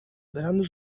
berandu